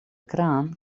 kraan